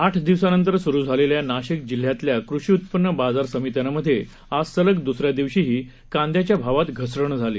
आठ दिवसांनंतर सुरू झालेल्या नाशिक जिल्ह्यातल्या कृषी उत्पन्न बाजार समित्यांमध्ये आज सलग द्सऱ्या दिवशीही कांद्याच्या भावात घसरण कायम राहिली